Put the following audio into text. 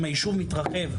אם היישוב מתרחב,